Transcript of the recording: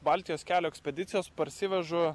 baltijos kelio ekspedicijos parsivežu